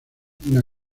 una